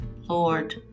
Lord